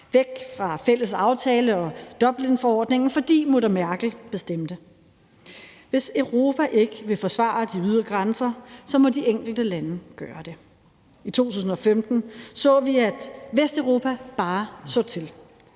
væk fra de fælles aftaler og Dublinforordningen, fordi mutter Merkel bestemte. Hvis Europa ikke vil forsvare de ydre grænser, må de enkelte lande gøre det. I 2015 så vi, at Vesteuropa bare så til.